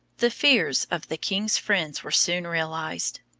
the fears of the king's friends were soon realized.